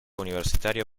universitario